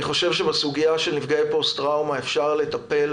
בסוגיה של נפגעי פוסט טראומה אפשר לטפל